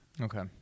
Okay